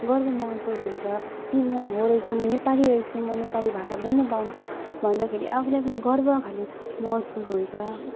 गर्व महसुस हुन्छ कि म हो रहेछु म नेपाली रहेछु म नेपाली भाषा बोल्न पाउँछु भन्दाखेरि आफूले आफूलाई गर्व खाले महसुस हुन्छ